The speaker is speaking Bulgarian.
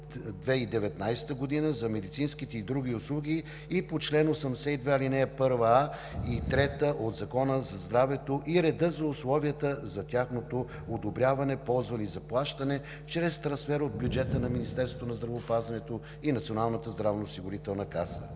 2019 г. за медицинските и другите услуги и по чл. 82, ал. 1а и 3 от Закона за здравето и реда за условията за тяхното одобряване, ползвали заплащане чрез трансфер от бюджета на Министерството на здравеопазването и Националната здравноосигурителна каса.